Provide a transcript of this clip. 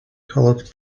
colored